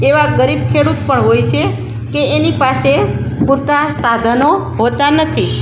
એવા ગરીબ ખેડૂત પણ હોય છે કે એની પાસે પૂરતા સાધનો હોતા નથી